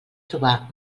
trobar